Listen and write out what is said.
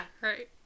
Right